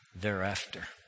thereafter